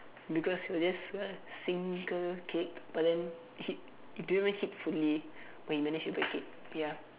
because was just a single kick but then he didn't even hit fully but he managed to break it ya